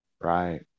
Right